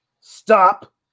Stop